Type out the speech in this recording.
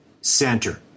center